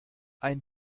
ein